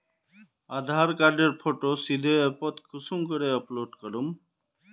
आधार कार्डेर फोटो सीधे ऐपोत कुंसम करे अपलोड करूम?